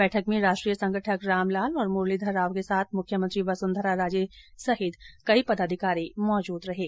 बैठक में राष्ट्रीय संगठक रामलाल और मुरलीधर राव के साथ मुख्यमंत्री वसुंधरा राजे सहित कई पदाधिकारी मौजूद थे